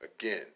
Again